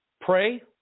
pray